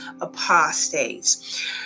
apostates